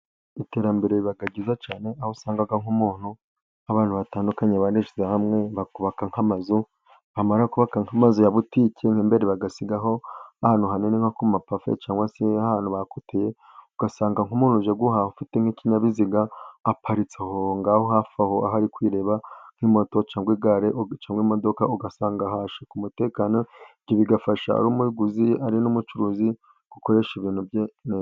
Iterambere riba ryiza cyane ,aho usanga abantu batandukanye, barishyize hamwe bakubaka nk'amazu bamara kubaka amazu ya butike ,nk'imbere bagasiga ahantu hanini nko kumapave ,cyangwa se ahantu bakoteyeye ,ugasanga nk'umuntu ujye guhaha afite nk'ikinyabiziga aparitse aho ngaho ,hafi aho, aho ari kuyireba, nka moto, cyangwa igare ,cyangwa imodoka, ugasanga hashizwe nk'umutekano, ibyo bigafasha ari umuguzi ari n'umucuruzi gukoresha ibintu bye neza.